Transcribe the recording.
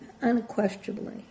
unquestionably